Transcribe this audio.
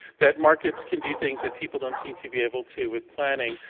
that markets can do things that people don't seem to be able to with planning